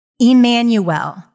Emmanuel